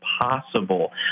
possible